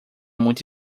muito